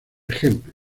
ejemplo